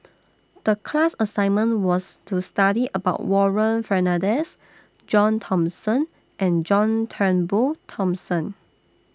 The class assignment was to study about Warren Fernandez John Thomson and John Turnbull Thomson